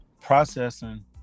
processing